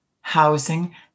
housing